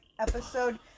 episode